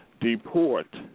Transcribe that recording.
deport